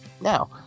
now